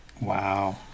Wow